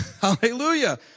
Hallelujah